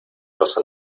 pasa